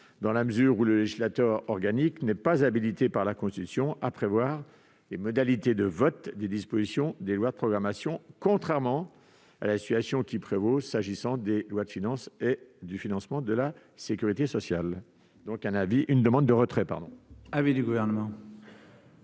dans la mesure où le législateur organique n'est pas habilité par la Constitution à prévoir les modalités de vote des dispositions des lois de programmation, contrairement à la situation qui prévaut s'agissant des lois de finances et du financement de la sécurité sociale. La commission demande donc le retrait de cet amendement.